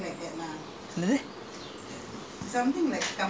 kampung is actually not very clean and that lah !huh!